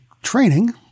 training